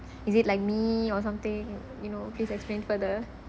is it like me or something you know please explain further